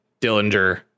Dillinger